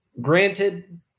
granted